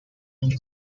live